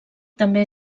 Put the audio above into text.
també